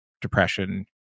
depression